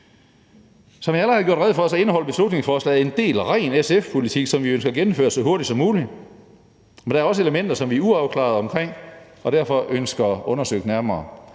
Som jeg allerede har gjort rede for, indeholder beslutningsforslaget en del ren SF-politik, som vi vil have gennemført så hurtigt som muligt. Men der er også elementer, som vi er uafklarede omkring og derfor ønsker undersøgt nærmere.